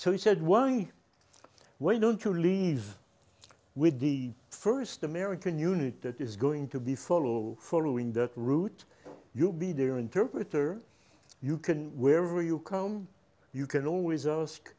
so he said why why don't you leave with the first american unit that is going to be full following that route you will be their interpreter you can wherever you come you can always ask